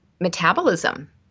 metabolism